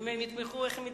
כל השרים יתמכו בסעיף זה.